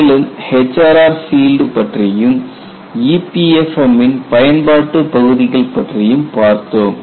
மேலும் HRR field பற்றியும் EPFM இன் பயன்பாட்டு பகுதிகள் பற்றியும் பார்த்தோம்